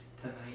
tonight